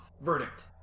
verdict